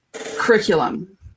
curriculum